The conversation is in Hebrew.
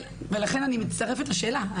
לכן אני מצטרפת לשאלה.